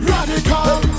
Radical